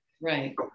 Right